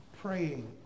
praying